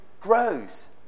grows